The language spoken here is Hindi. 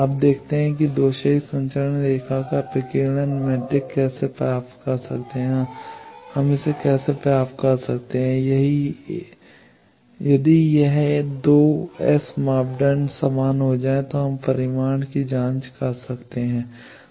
अब देखते हैं कि दोषरहित संचरण रेखा का प्रकीर्णन मैट्रिक्स कैसे प्राप्त करता है कि हम इसे कैसे प्राप्त करते हैं यदि यह 2 एस मापदंड समान हो जाए तो हम परिणाम की जांच कर सकते हैं